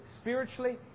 spiritually